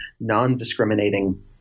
non-discriminating